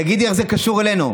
תגידי, איך זה קשור אלינו?